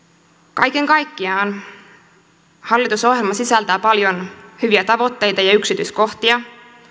kaiken kaikkiaan hallitusohjelma sisältää paljon hyviä tavoitteita ja yksityiskohtia